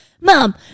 mom